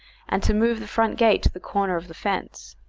and to move the front gate to the corner of the fence.